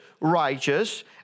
righteous